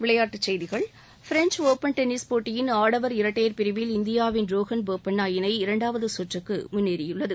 விளையாட்டுச் செய்திகள் French open tennis போட்டியின் ஆடவர் இரட்டையர் பிரிவில் இந்தியாவின் ரோஹன் போப்பண்ணா இணை இரண்டாவது சுற்றுக்கு முன்னேறியுள்ளது